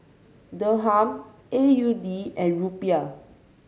Dirham A U D and Rupiah